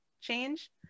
change